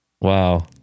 Wow